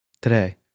Today